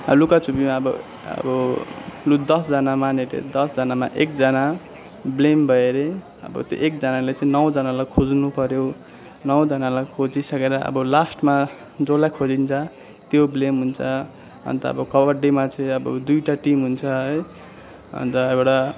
लुकाछुपीमा अब अब लु दसजना माने त्यो दसजनामा एकजना ब्लेम भयो रे अब त्यो एकजनाले चाहिँ नौजनालाई खोज्नु पऱ्यो नौजनालाई खोजिसकेर अब लास्टमा जसलाई खोजिन्छ त्यो ब्लेम हुन्छ अन्त अब कबड्डीमा चाहिँ अब दुईवटा टिम हुन्छ है अन्त एउटा